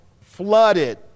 flooded